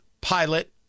Pilot